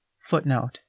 Footnote